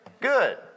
good